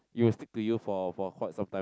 it will stick to you for for quite sometimes